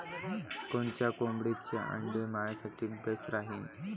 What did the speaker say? कोनच्या कोंबडीचं आंडे मायासाठी बेस राहीन?